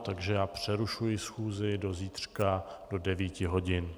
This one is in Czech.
Takže já přerušuji schůzi do zítřka do 9 hodin.